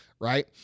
right